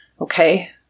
okay